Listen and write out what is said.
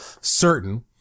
certain